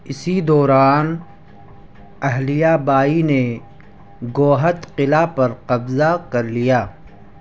اسی دوران اہلیہ بائی نے گوہد قلعہ پر قبضہ کر لیا